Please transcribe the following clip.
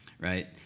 right